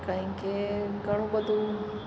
કારણ કે ઘણું બધું